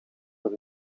per